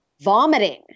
vomiting